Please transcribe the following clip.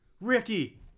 Ricky